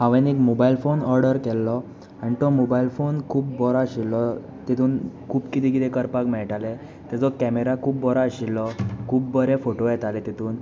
हांवें एक mobile phone order केल्लो आनी तो मोबायल फोन खुब बरो आशिल्लो तितुन खूब कितें कितें करपाक मेळटाले तेजो केमेरा खूब बरो आशिल्लो खूब बरे फोटो येताले तातूंत